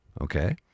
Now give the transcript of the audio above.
okay